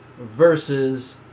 versus